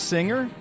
Singer